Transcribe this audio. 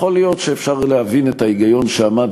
יכול להיות שאפשר להבין את ההיגיון שעמד